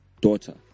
daughter